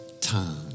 time